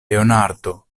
leonardo